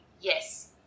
yes